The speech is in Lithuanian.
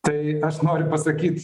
tai aš noriu pasakyt